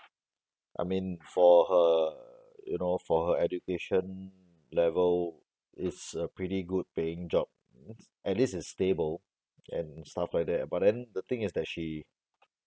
I mean for her you know for her education level it's a pretty good paying job at least it's stable and stuff like that but then the thing is that she